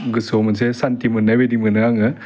गोसोआव मोनसे सान्थि मोनाय बायदि मोनो आङो